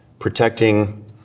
protecting